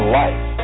life